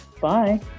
Bye